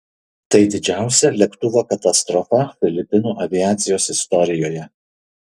tai didžiausia lėktuvo katastrofa filipinų aviacijos istorijoje